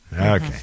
Okay